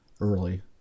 early